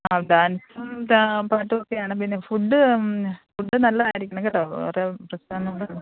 ആ ഡാൻസും പാട്ടുമൊക്കെയാണ് പിന്നെ ഫുഡ്ഡ് ഫുഡ്ഡ് നല്ലതായിരിക്കണം കേട്ടോ വേറെ പ്രശ്നമൊന്നും ഇല്ലല്ലോ